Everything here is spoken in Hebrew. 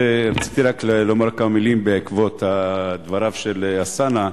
רציתי רק לומר כמה מלים בעקבות דבריו של אלסאנע.